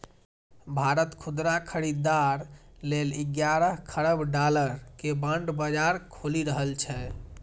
भारत खुदरा खरीदार लेल ग्यारह खरब डॉलर के बांड बाजार खोलि रहल छै